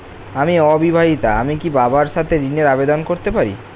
আমি অবিবাহিতা আমি কি বাবার সাথে ঋণের আবেদন করতে পারি?